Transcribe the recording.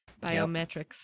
biometrics